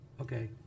okay